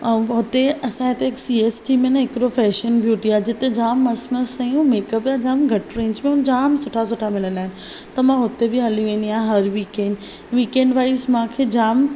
ऐं हुते असांजे सी एस के में न हिकिड़ो फै़शन ब्यूटी आहे जिते जाम मस्त मस्त शयूं मेकअप हिकुदमि घटि रेंज में जाम सुठा सुठा मिलंदा आहिनि त मां हुते बि हली वेंदी आयां हर वीकेंड वीकेंड वाइस मूंखे जाम